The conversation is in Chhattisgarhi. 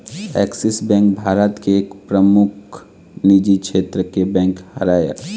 ऐक्सिस बेंक भारत के एक परमुख निजी छेत्र के बेंक हरय